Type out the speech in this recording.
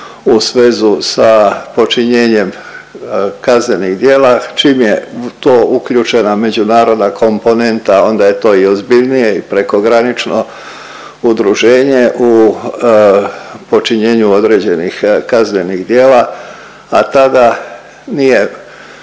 u svezu sa počinjenjem kaznenih djela. Čim je u to uključena međunarodna komponenta onda je to i ozbiljnije i prekogranično udruženje u počinjenju određenih kaznenih djela, a tada nije